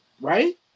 right